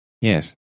Yes